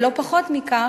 ולא פחות מכך,